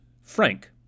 Frank